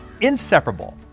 inseparable